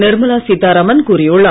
நிர்மலா சீத்தாராமன் கூறியுள்ளார்